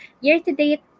year-to-date